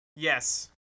Yes